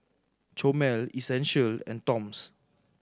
Chomel Essential and Toms